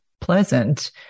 pleasant